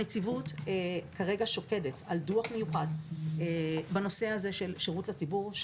הנציבות כרגע שוקדת על דוח מיוחד בנושא הזה של שירות לציבור.